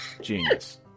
genius